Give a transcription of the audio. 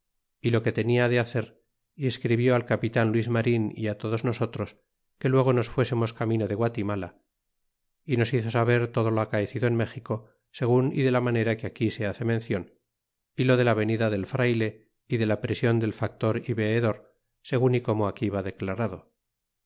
y lo que tenia de hacer y escribió al capitan luis marin y todos nosotros que luego nos fuesemos camino de guatimala y nos hizo saber todo lo acaecido en méxico segun y de la manera que aquí se hace mencion y lo de la venida del frayle y de la prision del factor y veedor segun y co mo aquí va declarado